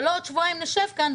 שלא עוד שבועיים נשב כאן,